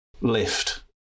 lift